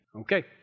Okay